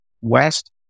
west